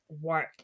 work